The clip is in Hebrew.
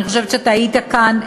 אני חושבת שאתה היית כאן,